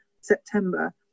September